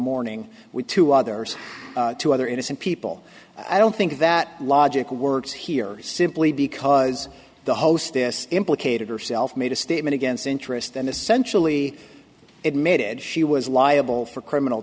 morning with two others two other innocent people i don't think that logic works here simply because the host this implicated herself made a statement against interest and essentially admitted she was liable for criminal